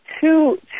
two